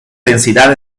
densidad